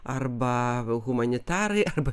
arba humanitarai arba